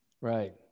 Right